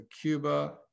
Cuba